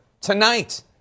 Tonight